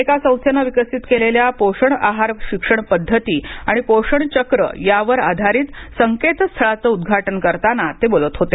एका संस्थेने विकसित केलेल्या पोषण आहार शिक्षणपद्धती आणि पोषणचक्र यावर आधारित संकेतस्थळाचे उद्घाटन करताना ते बोलत होते